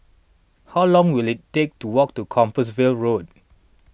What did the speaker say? how long will it take to walk to Compassvale Road